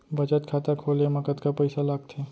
बचत खाता खोले मा कतका पइसा लागथे?